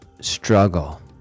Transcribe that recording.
struggle